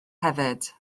hefyd